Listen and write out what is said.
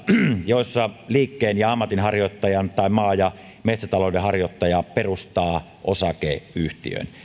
joissa liikkeen ja ammatinharjoittaja tai maa ja metsätaloudenharjoittaja perustaa osakeyhtiön